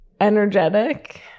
energetic